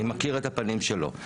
אני מכיר את הפנים שלו.